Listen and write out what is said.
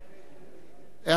אני סוגר את הרשימה.